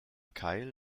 kyle